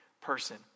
person